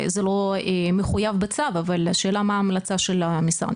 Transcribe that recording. זה לא מחויב בצו אבל השאלה מה ההמלצה של המשרד.